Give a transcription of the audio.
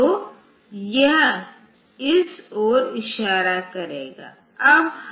तो यह इस ओर इशारा करेगा